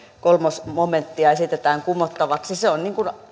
kolme momenttia esitetään kumottavaksi se on